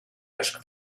asked